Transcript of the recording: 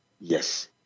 yes